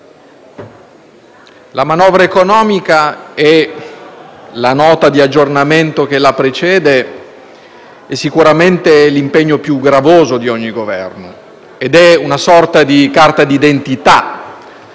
la manovra economica e la Nota di aggiornamento che la precede sono sicuramente l'impegno più gravoso di ogni Governo ed una sorta di carta d'identità.